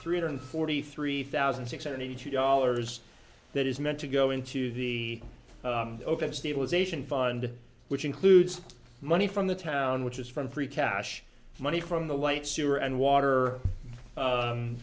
three hundred forty three thousand six hundred eighty two dollars that is meant to go into the open stabilization fund which includes money from the town which is from free cash money from the white sure and water